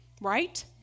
Right